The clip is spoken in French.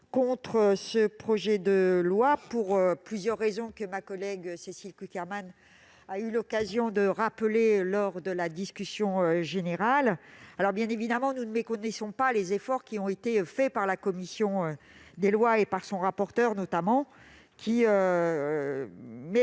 contre ce projet de loi, pour plusieurs raisons que ma collègue Cécile Cukierman a eu l'occasion de rappeler lors de la discussion générale. Bien évidemment, nous ne méconnaissons pas les efforts qui ont été réalisés par la commission des lois, notamment par son rapporteur. Il n'en demeure